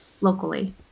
locally